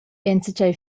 enzatgei